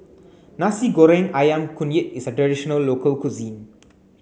Nasi Goreng Ayam Kunyit is a traditional local cuisine